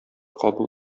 кабул